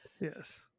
Yes